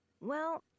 Well